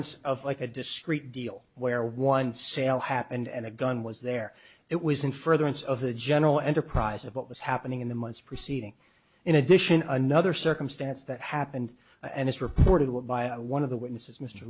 furtherance of like a discrete deal where one sale happened and a gun was there it was in furtherance of the general enterprise of what was happening in the months preceding in addition another circumstance that happened and it's reported what by one of the witnesses mr